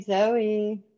Zoe